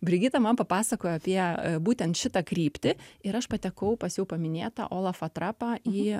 brigita man papasakojo apie būtent šitą kryptį ir aš patekau pas juos minėta olafą trapą į